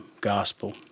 gospel